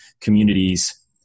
communities